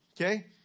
okay